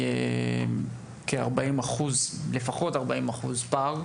יש פער של לפחות 40 אחוז,